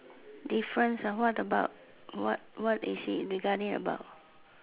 difference ah what about what what is it regarding about